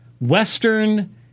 Western